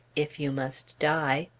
if you must die.